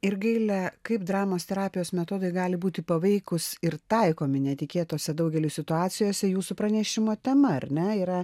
ir gaile kaip dramos terapijos metodai gali būti paveikūs ir taikomi netikėtose daugeliui situacijose jūsų pranešimo tema ar ne yra